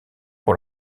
pour